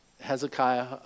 Hezekiah